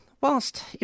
whilst